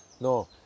No